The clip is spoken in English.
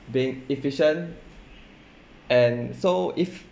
being efficient and so if